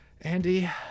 Andy